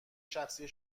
شخصی